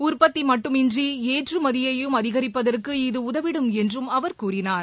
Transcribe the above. உற்பத்திமட்டுமின்றிஏற்றுமதியையும் அதிகரிப்பதற்கு இது உதவிடும் என்றும் அவர் கூறினார்